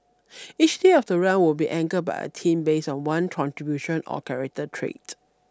each day of the run will be anchored by a team based of one contribution or character trait